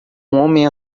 homem